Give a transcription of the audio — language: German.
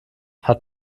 hat